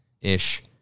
ish